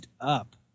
up